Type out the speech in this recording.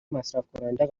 مصرفکننده